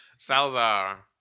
Salzar